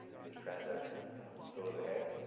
when this transaction goes ahead.